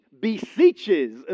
beseeches